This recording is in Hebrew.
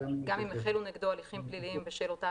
גם אם החלו נגדו הליכים פליליים בשל אותה